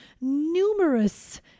numerous